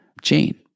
Jane